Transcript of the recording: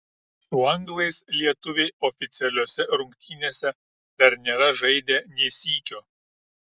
su anglais lietuviai oficialiose rungtynėse dar nėra žaidę nė sykio